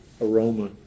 aroma